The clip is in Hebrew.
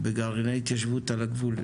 בגרעיני התיישבות על הגבול.